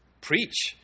preach